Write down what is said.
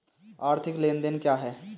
आर्थिक लेनदेन क्या है?